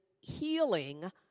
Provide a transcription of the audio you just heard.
healing